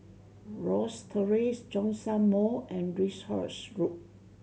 Rosyth Terrace Zhongshan Mall and Lyndhurst Road